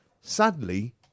Sadly